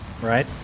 Right